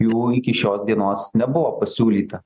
jų iki šios dienos nebuvo pasiūlyta